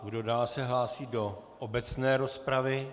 Kdo dál se hlásí do obecné rozpravy?